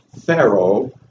Pharaoh